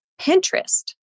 Pinterest